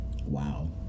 Wow